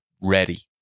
ready